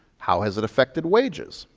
how has it affected wages?